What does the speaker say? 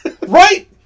Right